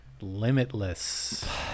Limitless